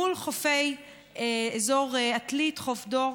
מול חופי אזור עתלית, חוף דור,